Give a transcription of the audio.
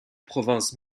province